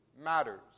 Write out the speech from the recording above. matters